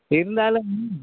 இருந்தாலும்